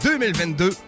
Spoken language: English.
2022